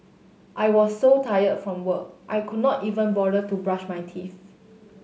I was so tired from work I could not even bother to brush my teeth